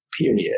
period